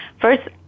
first